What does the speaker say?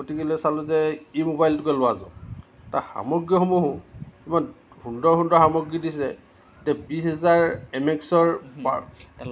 গতিকে লৈ চালোঁ যে এই ম'বাইলটোকে লোৱা যাওঁক তাৰ সামগ্ৰীসমূহো ইমান সুন্দৰ সুন্দৰ সামগ্ৰী দিছে এতিয়া বিশ হাজাৰ এম এক্সৰ